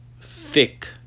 thick